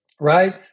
right